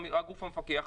הגוף המפקח,